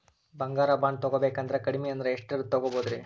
ಬಂಗಾರ ಬಾಂಡ್ ತೊಗೋಬೇಕಂದ್ರ ಕಡಮಿ ಅಂದ್ರ ಎಷ್ಟರದ್ ತೊಗೊಬೋದ್ರಿ?